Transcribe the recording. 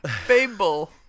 Fable